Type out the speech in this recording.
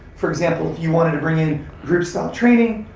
for example, if you wanted to bring in group style training,